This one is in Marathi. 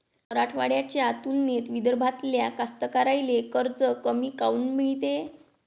मराठवाड्याच्या तुलनेत विदर्भातल्या कास्तकाराइले कर्ज कमी काऊन मिळते?